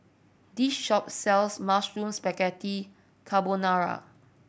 this shop sells Mushroom Spaghetti Carbonara